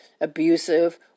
abusive